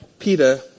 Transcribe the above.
Peter